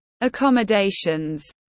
accommodations